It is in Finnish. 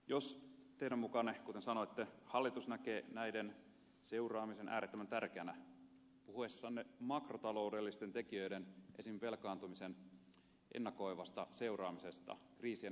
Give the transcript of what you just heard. jos teidän mukaanne kuten sanoitte hallitus näkee näiden seuraamisen äärettömän tärkeänä puhuessanne makrotaloudellisten tekijöiden esimerkiksi velkaantumisen ennakoivasta seuraamisesta kriisien välttämiseksi